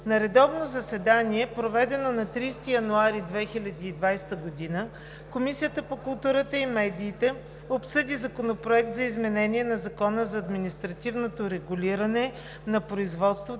На редовно заседание, проведено на 30 януари 2020 г., Комисията по културата и медиите обсъди Законопроект за изменение на Закона за административното регулиране на производството